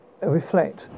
reflect